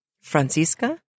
Francisca